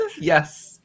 yes